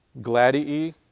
gladii